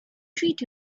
treat